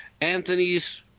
Anthony's